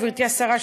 גברתי השרה,